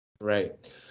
Right